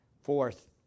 Fourth